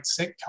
sitcom